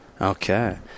Okay